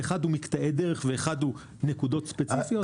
אחד הוא מקטעי דרך והשני הוא נקודות ספציפיות.